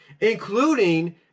including